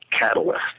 catalyst